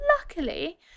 luckily